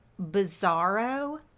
bizarro